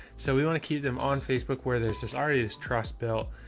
so we want to keep them on facebook where there's this already is trust built.